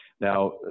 Now